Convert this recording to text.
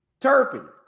Turpin